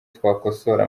twakosora